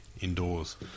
indoors